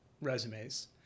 resumes